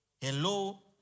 Hello